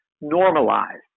normalized